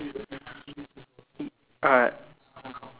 uh